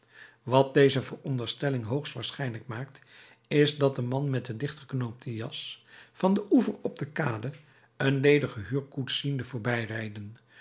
wat deze veronderstelling hoogst waarschijnlijk maakt is dat de man met de dichtgeknoopte jas van den oever op de kade een ledige huurkoets ziende voorbijrijden